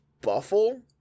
Buffle